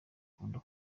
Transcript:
akunda